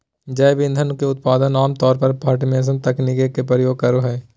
जैव ईंधन के उत्पादन आम तौर पर फ़र्मेंटेशन तकनीक के प्रयोग करो हइ